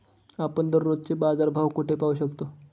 आपण दररोजचे बाजारभाव कोठे पाहू शकतो?